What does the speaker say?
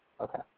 Okay